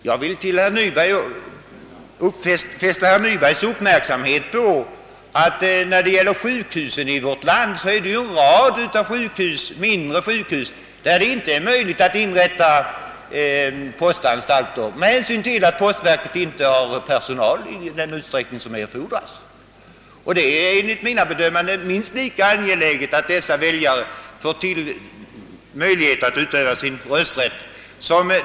Jag vill fästa herr Nybergs uppmärksamhet på att det i vårt land finns en rad mindre sjukhus, på vilka det inte är möjligt att inrätta postanstalter just med hänsyn till att postverket inte har personal i erforderlig utsträckning. Det är enligt mitt bedömande minst lika angeläget att dessa väljare får möjligheter att utöva sin rösträtt.